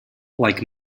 like